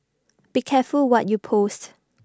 be careful what you post